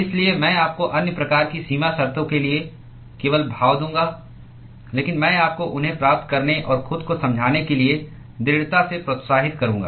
इसलिए मैं आपको अन्य प्रकार की सीमा शर्तों के लिए केवल भाव दूंगा लेकिन मैं आपको उन्हें प्राप्त करने और खुद को समझाने के लिए दृढ़ता से प्रोत्साहित करूंगा